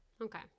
Okay